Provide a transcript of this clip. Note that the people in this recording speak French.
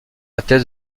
attestent